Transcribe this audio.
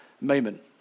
moment